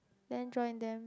then join them